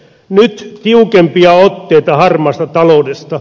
nyt tiukempia otteita harmaasta taloudesta